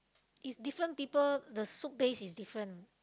is different people the soup base is different